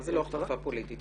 זה לא הכפפה פוליטית?